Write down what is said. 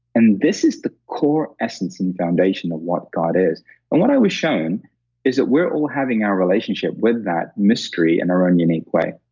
and this is the core essence and foundation of what god is. and what i was shown is that we're all having our relationship with that mystery in our own unique way,